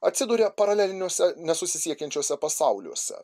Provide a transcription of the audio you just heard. atsiduria paraleliniuose nesusisiekiančiuose pasauliuose